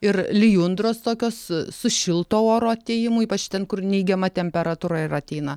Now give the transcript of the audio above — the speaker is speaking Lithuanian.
ir lijundros tokios su šilto oro atėjimu ypač ten kur neigiama temperatūra ir ateina